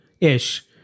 Ish